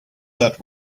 that